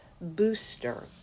booster